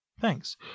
Thanks